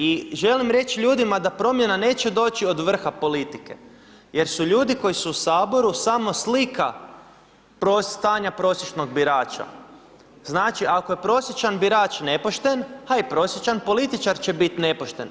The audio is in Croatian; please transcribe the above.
I želim reć ljudima da promjena neće doći od vrha politike, jer su ljudi koji su u saboru samo slika stanja prosječnog birača, znači ako je prosječan birač nepošten, a i prosječan političar će biti nepošten.